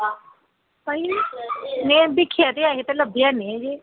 में दिक्खेआ ते ऐही लब्भेआ निं किश